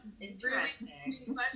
interesting